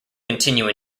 continue